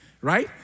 right